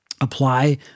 apply